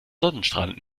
sonnenstrahlen